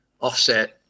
offset